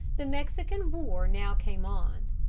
the mexican war now came on.